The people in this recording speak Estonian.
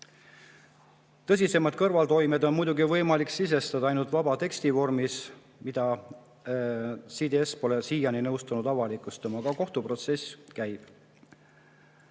Tõsisemaid kõrvaltoimed on võimalik sisestada ainult vaba teksti vormis, mida CDC pole siiani nõustunud avalikustama. Aga kohtuprotsess käib.